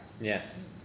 Yes